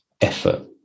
effort